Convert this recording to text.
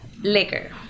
liquor